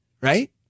right